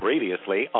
Previously